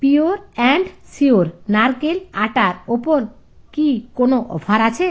pure and sure নারকেল আটার ওপর কি কোনো অফার আছে